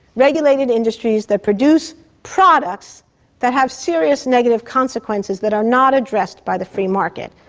regulated industries that produce products that have serious negative consequences that are not addressed by the free market,